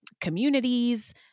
communities